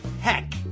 heck